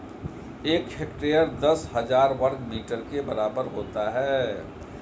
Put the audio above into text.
एक हेक्टेयर दस हजार वर्ग मीटर के बराबर होता है